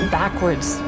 backwards